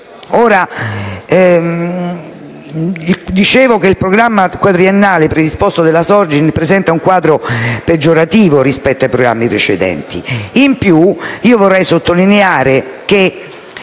Come dicevo, il programma quadriennale predisposto dalla Sogin presenta un quadro peggiorativo rispetto ai programmi precedenti. Inoltre vorrei sottolineare le